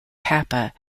kappa